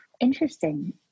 interesting